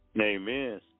Amen